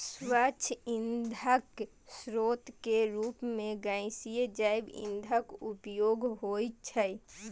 स्वच्छ ईंधनक स्रोत के रूप मे गैसीय जैव ईंधनक उपयोग होइ छै